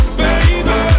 baby